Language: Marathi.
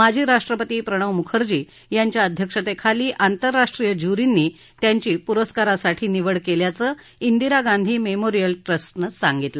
माजी राष्ट्रपती प्रणव मुखर्जी यांच्या अध्यक्षतेखाली आंतरराष्ट्रीय ज्युरींनी त्यांची पुरस्कारासाठी निवड केल्याचं दिरा गांधी मेमोरियल ट्रस्टनं सांगितलं